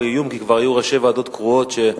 ראשי הערים הנבחרים.